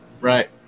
Right